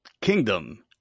Kingdom